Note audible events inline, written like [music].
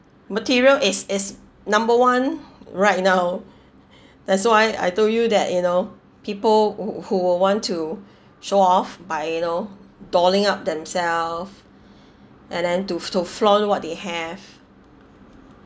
material is is number one right now that's why I told you that you know people who would want to show off by you know dolling up themself [breath] and then to to flaunt what they have